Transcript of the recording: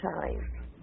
time